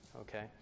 okay